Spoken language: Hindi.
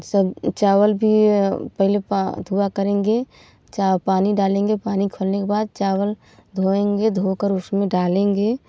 सब चावल भी पहले बा हुआ करेंगे चा पानी डालेंगे पानी खोलने के बाद चावल धोएँगे धो कर उसमें डालेंगे